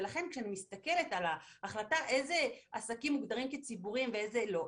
ולכן כשאני מסתכלת על ההחלטה אילו עסקים מוגדרים כציבוריים ואילו לא,